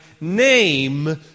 name